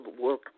work